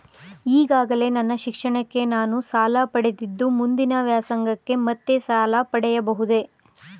ಈಗಾಗಲೇ ನನ್ನ ಶಿಕ್ಷಣಕ್ಕೆ ನಾನು ಸಾಲ ಪಡೆದಿದ್ದು ಮುಂದಿನ ವ್ಯಾಸಂಗಕ್ಕೆ ಮತ್ತೆ ಸಾಲ ಪಡೆಯಬಹುದೇ?